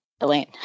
Elaine